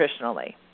nutritionally